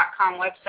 website